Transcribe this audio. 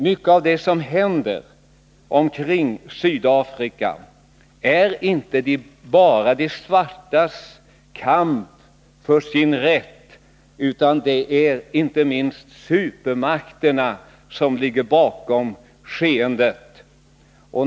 Mycket av det som händer omkring Sydafrika är inte bara de svartas kamp för sin rätt, utan det är inte minst supermakterna som ligger bakom skeendet.